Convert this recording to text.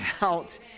out